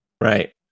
Right